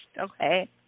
Okay